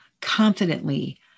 confidently